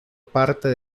parte